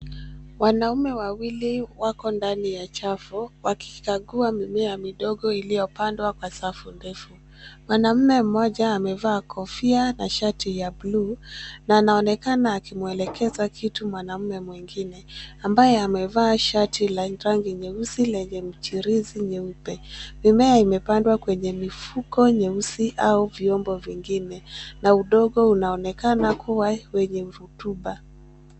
Wanaume wawili wako ndani ya chafu; wakikagua mimea midogo iliyopandwa kwa safu ndefu. Mwanaume mmoja amevaa kofia na shati ya buluu na anaonekana akimwelekeza kitu mwanaume mwingine ambaye amevaa shati la rangi nyeusi lenye michirizi mieupe. Mimea imepandwa kwenye mifuko mieusi au vyombo vingine na udongo unaonekana kuwa wenye rotuba.